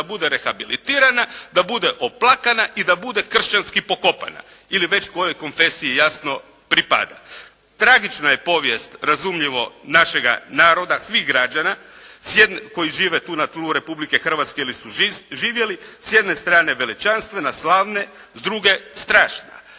da bude rehabilitirana, da bude oplakana i da bude kršćanski pokopana, ili već kojoj …/Govornik se ne razumije./… jasno pripada. Tragična je povijest, razumljivo našega naroda, svih građana koji žive tu na tlu Republike Hrvatske ili su živjeli. S jedne strane veličanstvene, slavne, s druge strašna.